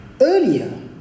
Earlier